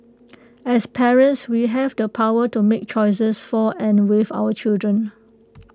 as parents we have the power to make choices for and with our children